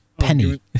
penny